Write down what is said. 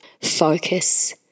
focus